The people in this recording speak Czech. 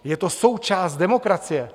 Je to součást demokracie.